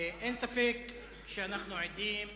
אין ספק שאנחנו עדים,